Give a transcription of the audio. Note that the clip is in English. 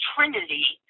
Trinity